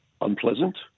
unpleasant